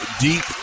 deep